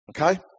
Okay